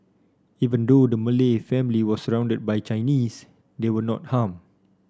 even though the Malay family was surrounded by Chinese they were not harmed